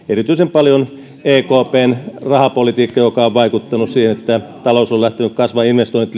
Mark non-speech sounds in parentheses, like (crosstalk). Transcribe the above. (unintelligible) erityisen paljon ekpn rahapolitiikka joka on vaikuttanut siihen että talous on lähtenyt kasvamaan ja investoinnit (unintelligible)